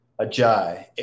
Ajay